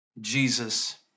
Jesus